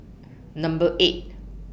Number eight